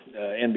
NBC